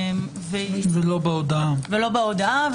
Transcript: ולא בהודעה.